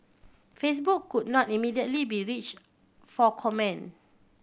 Facebook could not immediately be reached for comment